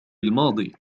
الماضي